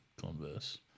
converse